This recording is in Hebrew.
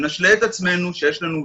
שנשלה את עצמנו שיש לנו ודאות.